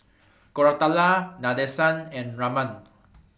Koratala Nadesan and Raman